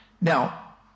Now